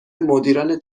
مدیران